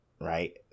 Right